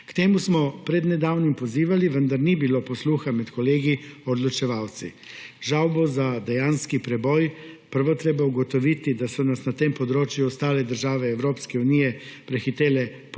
K temu smo pred nedavnim pozivali, vendar ni bilo posluha med kolegi odločevalci. Žal bo za dejanski preboj najprej treba ugotoviti, da so nas na tem področju ostale države Evropske unije prehitele po